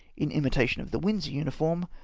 in imitation of the windsor uniform,